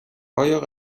آیای